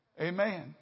Amen